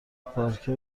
پارکر